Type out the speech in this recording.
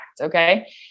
Okay